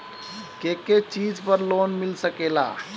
के के चीज पर लोन मिल सकेला?